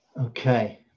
Okay